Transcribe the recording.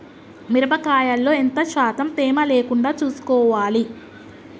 మిరప కాయల్లో ఎంత శాతం తేమ లేకుండా చూసుకోవాలి?